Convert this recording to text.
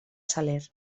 saler